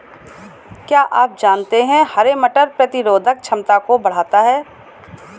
क्या आप जानते है हरे मटर प्रतिरोधक क्षमता को बढ़ाता है?